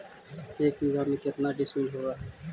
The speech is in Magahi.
एक बीघा में केतना डिसिमिल होव हइ?